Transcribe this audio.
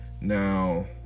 Now